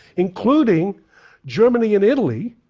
including germany and italy,